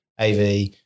AV